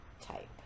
type